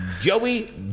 Joey